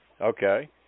Okay